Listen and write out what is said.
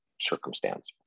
circumstance